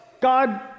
God